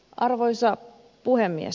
arvoisa puhemies